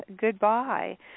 goodbye